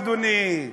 אדוני,